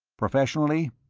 professionally?